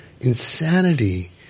Insanity